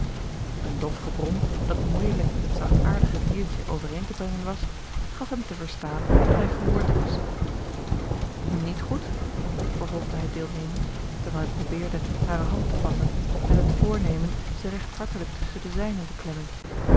een dof gebrom dat moeijelijk met het zachtaardige diertje overeen te brengen was gaf hem te verstaan dat hij gehoord was niet goed vervolgde hij deelnemend terwijl hij probeerde hare hand te vatten met het voornemen ze regt hartelijk tusschen de zijnen te klemmen